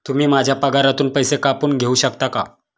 तुम्ही माझ्या पगारातून पैसे कापून घेऊ शकता का?